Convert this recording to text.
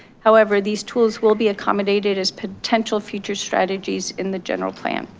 however, these tools will be accommodated as potential future strategies in the general plan.